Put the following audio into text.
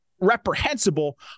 reprehensible